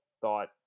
thought